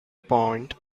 point